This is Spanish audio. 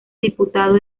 diputado